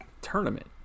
tournament